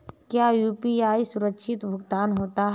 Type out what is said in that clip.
क्या यू.पी.आई सुरक्षित भुगतान होता है?